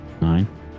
Nine